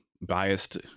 biased